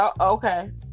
okay